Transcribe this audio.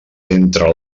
entre